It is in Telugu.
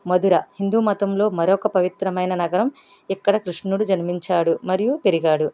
మధుర హిందుమతంలో మరొక పవిత్రమైన నగరం ఇక్కడ కృష్ణుడు జన్మించాడు మరియు పెరిగాడు